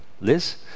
Liz